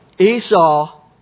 Esau